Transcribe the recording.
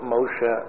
Moshe